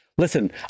Listen